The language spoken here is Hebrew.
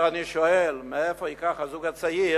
אני שואל: מאיפה ייקח הזוג הצעיר